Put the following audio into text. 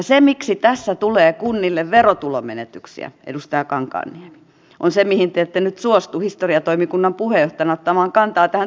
se miksi tässä tulee kunnille verotulomenetyksiä edustaja kankaanniemi on se mihin te ette nyt suostu historiatoimikunnan puheenjohtajana ottamaan kantaa tähän tulevaisuuskysymykseen